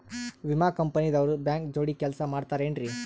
ವಿಮಾ ಕಂಪನಿ ದವ್ರು ಬ್ಯಾಂಕ ಜೋಡಿ ಕೆಲ್ಸ ಮಾಡತಾರೆನ್ರಿ?